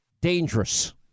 dangerous